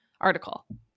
article